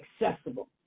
accessible